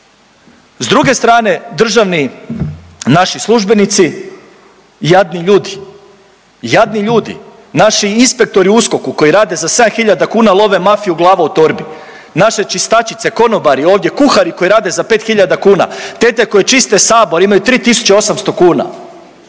S druge strane, državni naši službenici, jadni ljudi, jadni ljudi. Naši inspektori u USKOK-u koji rade za 7 hiljada kuna love mafiju, a glava u torbi. Naše čistačice, konobari, ovdje kuhari koji rade za 5 hiljada kuna, tete koje čiste sabor imaju 3.800 kn,